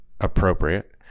appropriate